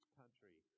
country